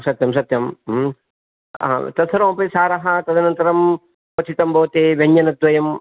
सत्यं सत्यं तत्सर्वमपि सारः तदनन्तरं क्वथितं भवति व्यञ्जनद्वयं